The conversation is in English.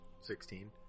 Sixteen